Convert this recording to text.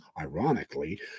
ironically